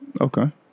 Okay